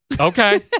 Okay